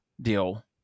deal